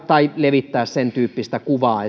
tai esimerkiksi levittää livenä sentyyppistä kuvaa